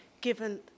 given